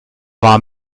war